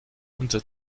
unser